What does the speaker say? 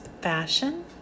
fashion